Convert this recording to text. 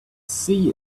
see